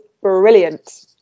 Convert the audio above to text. brilliant